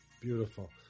Beautiful